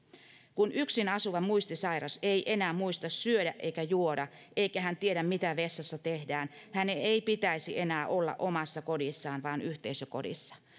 kun yksin asuva muistisairas ei enää muista syödä eikä juoda eikä hän tiedä mitä vessassa tehdään hänen ei pitäisi enää olla omassa kodissaan vaan yhteisökodissa